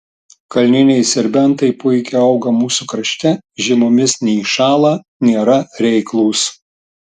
kalniniai serbentai puikiai auga mūsų krašte žiemomis neiššąla nėra reiklūs